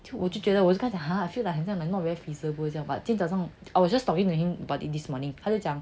我就觉得我就跟他讲 !huh! I feel like 很像能 not very feasible 这样 but 今天早上 err I was just talking to him about this this morning 他就讲